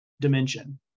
dimension